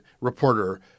reporter